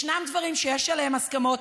ישנם דברים שיש עליהם הסכמות,